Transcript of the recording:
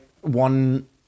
one